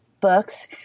books